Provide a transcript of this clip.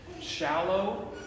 Shallow